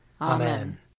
Amen